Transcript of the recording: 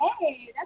Hey